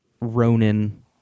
Ronan